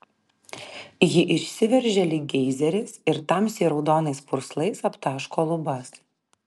ji išsiveržia lyg geizeris ir tamsiai raudonais purslais aptaško lubas